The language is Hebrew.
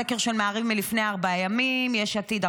סקר של מעריב מלפני ארבעה ימים: יש עתיד,